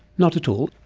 not at all.